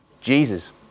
Jesus